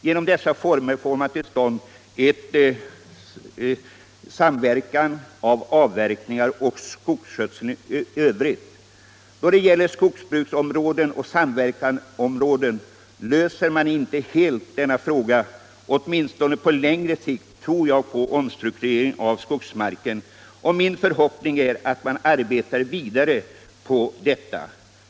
Genom dessa former får man till stånd en samverkan av avverkningar och av skogsskötseln i övrigt. Då det gäller skogsbruksområden och samverkansområden löser man inte denna fråga helt. Åtminstone på längre sikt tror jag på omstrukturering av skogsmarken, och min förhoppning är att man arbetar vidare på detta.